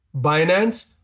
Binance